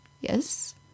yes